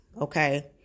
Okay